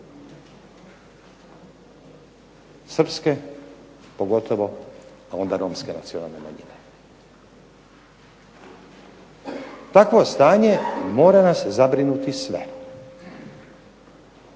srpske pogotovo, a onda romske nacionalne manjine. Takvo stanje mora nas zabrinuti sve.